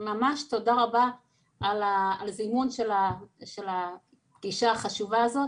ממש תודה רבה על הזימון שלך לפגישה החשובה הזאת